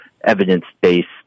evidence-based